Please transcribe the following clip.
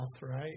right